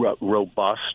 robust